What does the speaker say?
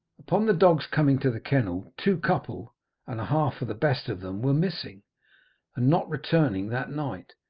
upon the dogs coming to the kennel two couple and a half of the best of them were missing, and not returning that night,